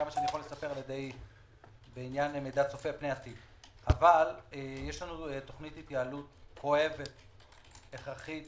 אבל יש לנו תוכנית התייעלות הכרחית